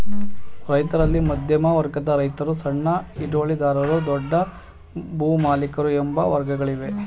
ರೈತರಲ್ಲಿ ಮಧ್ಯಮ ವರ್ಗದ ರೈತರು, ಸಣ್ಣ ಹಿಡುವಳಿದಾರರು, ದೊಡ್ಡ ಭೂಮಾಲಿಕರು ಎಂಬ ವರ್ಗಗಳಿವೆ